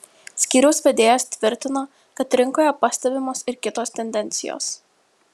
skyriaus vedėjas tvirtino kad rinkoje pastebimos ir kitos tendencijos